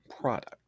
product